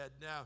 Now